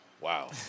Wow